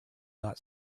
not